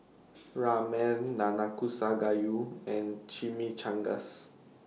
Ramen Nanakusa Gayu and Chimichangas